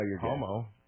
homo